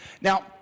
Now